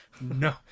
no